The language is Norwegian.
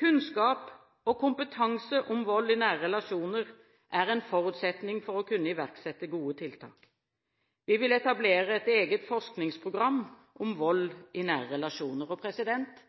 Kunnskap og kompetanse om vold i nære relasjoner er en forutsetning for å kunne iverksette gode tiltak. Vi vil etablere et eget forskningsprogram om vold i